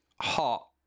hot